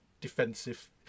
defensive